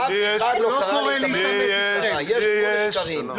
אף אחד לא קרא להתעמת עם המשטרה, יש גבול לשקרים.